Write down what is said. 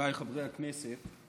חבריי חברי הכנסת,